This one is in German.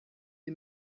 die